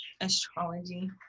astrology